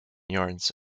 yards